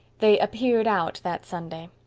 they appeared out that sunday.